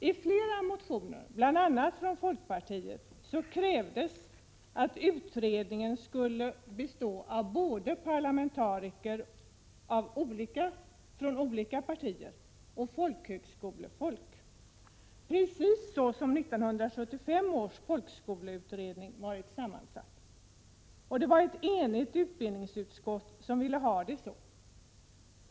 I flera motioner, bl.a. från folkpartiet, krävdes att utredningen skulle bestå av både parlamentariker från olika partier och folkhögskolefolk — precis så som 1975 års folkhögskoleutredning varit sammansatt. Det var ett enigt utbildningsutskott som ville ha det så.